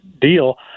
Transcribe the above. deal